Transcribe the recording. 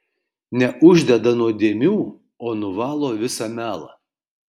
neuždeda nuodėmių o nuvalo visą melą